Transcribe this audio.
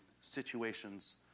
situations